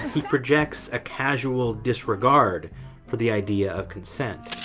he projects a casual disregard for the idea of consent.